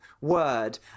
word